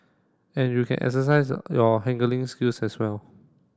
and you can exercise your haggling skills as well